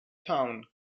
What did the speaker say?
town